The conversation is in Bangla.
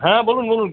হ্যাঁ বলুন বলুন